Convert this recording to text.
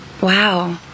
Wow